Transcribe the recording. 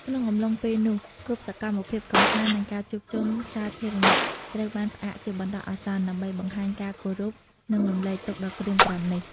ក្នុងអំឡុងពេលនោះ គ្រប់សកម្មភាពកម្សាន្ត និងការជួបជុំសាធារណៈត្រូវបានផ្អាកជាបណ្ដោះអាសន្ន ដើម្បីបង្ហាញការគោរព និងរំលែកទុក្ខដ៏ក្រៀមក្រំនេះ។